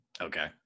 Okay